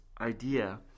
idea